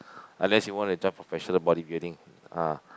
unless you want to join professional body building ah